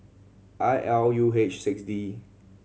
I L U H six D